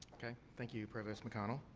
okay. thank you, provost mcconnell.